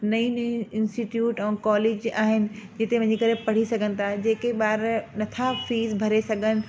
नई नयूं इंस्टिट्यूट ऐं कॉलेज आहिनि जिते वञी करे पढ़ी सघनि था जेके ॿार नथा फीस भरे सघनि